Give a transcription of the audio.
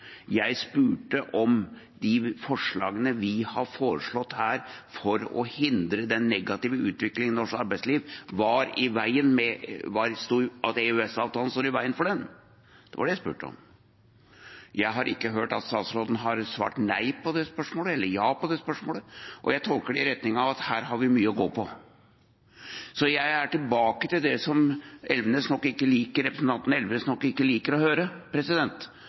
Jeg spurte om EØS-avtalen står i veien for det vi har foreslått her for å hindre den negative utviklingen i norsk arbeidsliv. Det var det jeg spurte om. Jeg har ikke hørt at statsråden har svart nei på det spørsmålet, eller ja på det spørsmålet, og jeg tolker det i retning av at her har vi mye å gå på. Så jeg er tilbake til det som representanten Elvenes nok ikke liker